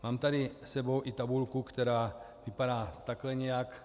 Mám tady s sebou i tabulku, která vypadá takhle nějak .